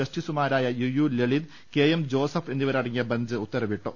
ജസ്റ്റിസുമാരായ U U Lalit K M Joseph എന്നിവര ടങ്ങിയ ബെഞ്ച് ഉത്തരവിട്ടു